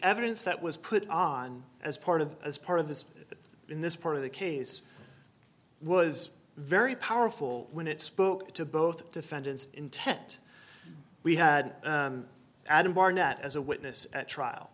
evidence that was put on as part of as part of this in this part of the case was very powerful when it spoke to both defendants intent we had adam barnett as a witness at